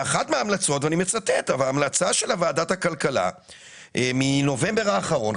בהמלצה של ועדת הכלכלה מנובמבר האחרון,